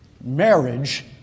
Marriage